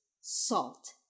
salt